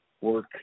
Work